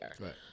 Right